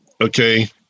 okay